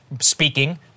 speaking